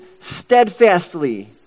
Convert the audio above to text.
steadfastly